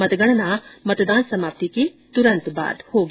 मतगणना मतदान समाप्ति के तुरन्त बाद होगी